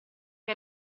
che